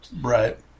Right